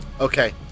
Okay